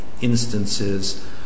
instances